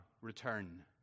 return